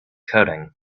coding